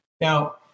Now